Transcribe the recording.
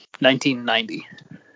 1990